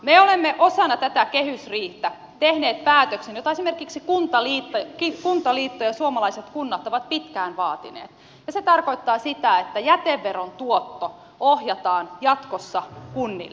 me olemme osana tätä kehysriihtä tehneet päätöksen jota esimerkiksi kuntaliitto ja suomalaiset kunnat ovat pitkään vaatineet ja se tarkoittaa sitä että jäteveron tuotto ohjataan jatkossa kunnille